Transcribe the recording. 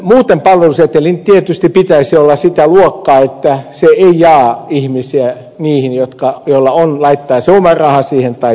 muuten palvelusetelin tietysti pitäisi olla sitä luokkaa että se ei jaa ihmisiä niihin joilla on laittaa se oma raha siihen ja niihin joilla ei ole laittaa